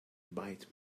byte